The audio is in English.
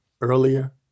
earlier